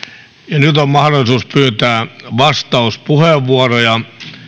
ja nyt on mahdollisuus pyytää vastauspuheenvuoroja